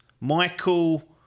Michael